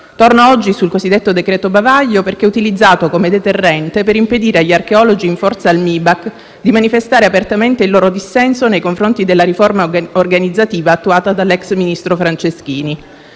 Torno oggi sul cosiddetto decreto bavaglio, perché è utilizzato come deterrente per impedire agli archeologi in forza al MIBAC di manifestare apertamente il loro dissenso nei confronti della riforma organizzativa attuata dall'ex ministro Franceschini.